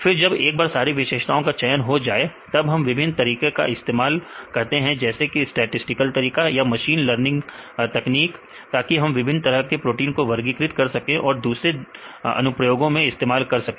फिर जब एक बारसारे विशेषताओं का चयन हो जाए तब हम विभिन्न तरीकों का इस्तेमाल करते हैं जैसे कि स्टैटिसटिकल तरीका या मशीन लर्निंग तकनीक ताकि हम विभिन्न तरह के प्रोटीन को वर्गीकृत कर सकें या और दूसरे अनुप्रयोगों में इस्तेमाल कर सकें